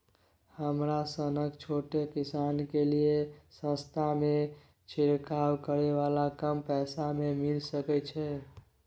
हमरा सनक छोट किसान के लिए सस्ता में छिरकाव करै वाला कम पैसा में मिल सकै छै?